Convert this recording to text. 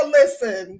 listen